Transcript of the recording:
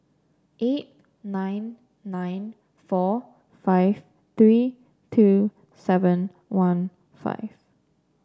eight nine nine four five three two seven one five